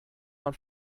man